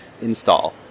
install